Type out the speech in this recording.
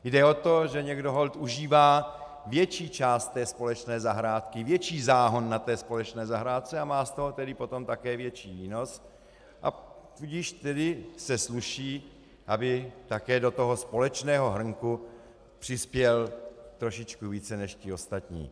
Jde o to, že někdo holt užívá větší část té společné zahrádky, větší záhon na té společné zahrádce a má z toho tedy potom také větší výnos, a tudíž se sluší, aby také do toho společného hrnku přispěl trošičku více než ti ostatní.